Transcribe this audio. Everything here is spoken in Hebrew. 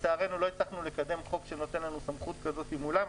לצערנו לא הצלחנו לקדם חוק שנותן לנו סמכות כזאת מולם,